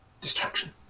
Distraction